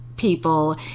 people